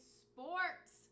sports